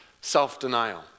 self-denial